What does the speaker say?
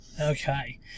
Okay